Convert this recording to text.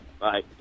Bye